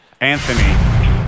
Anthony